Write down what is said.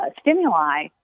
stimuli